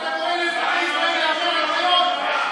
אתה גורם לאזרחי ישראל להפר הנחיות.